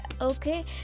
Okay